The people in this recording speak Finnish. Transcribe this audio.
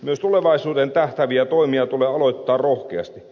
myös tulevaisuuteen tähtääviä toimia tulee aloittaa rohkeasti